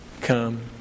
come